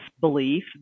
belief